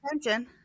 attention